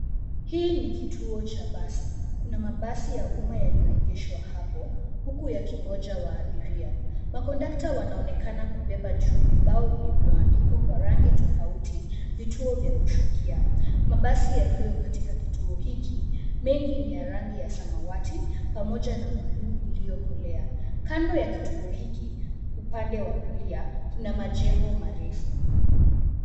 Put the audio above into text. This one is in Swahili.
Hii ni kituo cha basi, kuna mabasi ya umma yaliyoegeshwa hapo huku yakigonja abiria. Makondakta wanaonekana kubeba juu vibao vilvyoandikwa kwa rangi tofauti, vituo vya kushukia. Mabasi yaliyo katika kituo hiki, mengi ni ya rangi ya samawati pamoja na buluu iliyokolea. Kando ya kituo hiki, upande wa kulia, kuna majengo marefu.